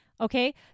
Okay